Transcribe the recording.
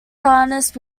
harness